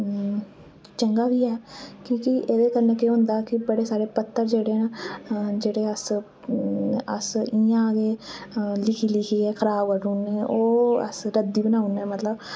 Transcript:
चंगा बी ऐ कि के एह्दे कन्नै केह् होंदा बड़े सारे पत्तर जेह्ड़े न जेह्ड़े अस इयां गै लिकी लिखियै खराब करी ओड़ने ओह् अस रद्दी बनाई ओड़ने मतलव